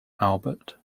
albert